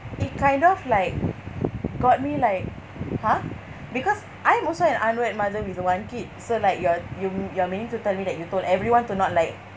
it kind of like got me like !huh! because I'm also an unwed mother with one kid so like you're you you're meaning to tell me that you told everyone to not like